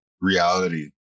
reality